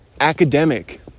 academic